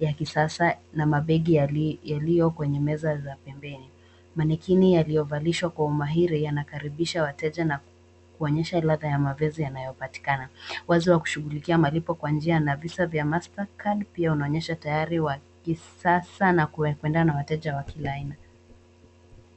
ya kisasa na mabegi yaliyo kwenye meza ya pembeni manikini yaliyovalisha kwa mahire yanawakaribisha wateja na kuwaonyesha ladhaa ya mavazi yanayopatikana wazi wa kushughulikia malipo kwa njia na visa vya mastercard pia unaonyesha tayari wa kisasa na kuikwenda na wateja wa kila aina.